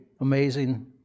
amazing